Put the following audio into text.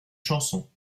chanson